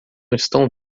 estão